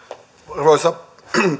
arvoisa